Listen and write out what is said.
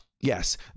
yes